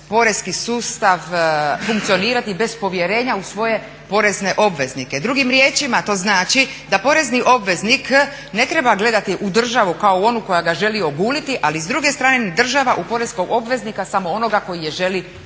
poreski sustav funkcionirati bez povjerenja u svoje porezne obveznike. Drugim riječima to znači, da porezni obveznik ne treba gledati u državu kao u onu koja ga želi oguliti, ali s druge strane ni država u poreskog obveznika samog onoga koji je želi prevariti.